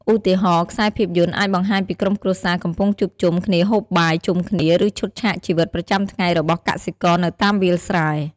ឧទាហរណ៍ ខ្សែភាពយន្តអាចបង្ហាញពីក្រុមគ្រួសារកំពុងជួបជុំគ្នាហូបបាយជុំគ្នា ឬឈុតឆាកជីវិតប្រចាំថ្ងៃរបស់កសិករនៅតាមវាលស្រែ ។